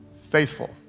faithful